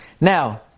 Now